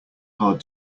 hard